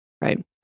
Right